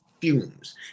fumes